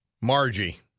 Margie